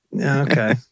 Okay